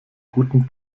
guten